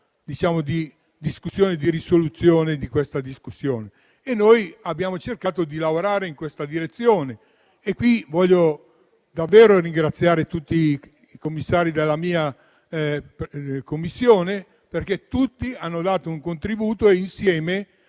unitaria di discussione e risoluzione. Abbiamo cercato di lavorare in questa direzione e qui voglio davvero ringraziare tutti i membri della mia Commissione, perché tutti hanno dato un contributo e insieme